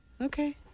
Okay